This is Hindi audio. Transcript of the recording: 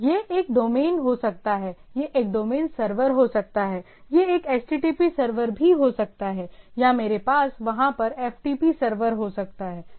यह एक डोमेन हो सकता है यह एक डोमेन सर्वर हो सकता है यह एक http सर्वर भी हो सकता है या मेरे पास वहां पर FTP सर्वर हो सकता है